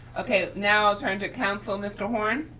okay, now i'll turn to counsel mr. horn.